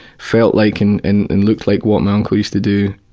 felt like, and and and looked like what my uncle used to do.